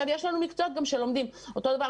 יש לנו גם מקצועות שלומדים אותו דבר,